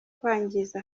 kwangiza